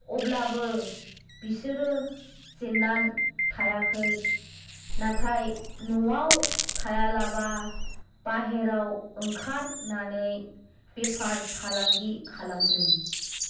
अब्लाबो बिसोरो जेनना थायाखै नाथाय न'आव थायालाबा बाहेराव ओंखारनानै बेफार फालांगि खालामदों